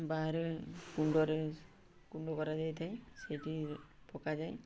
ବାହାରେ କୁଣ୍ଡରେ କୁଣ୍ଡ କରାଯାଇଥାଏ ସେଠି ପକାଯାଏ